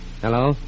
Hello